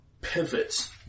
pivots